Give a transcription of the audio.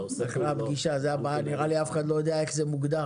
נראה לי שאף אחד לא יודע איך זה מוגדר.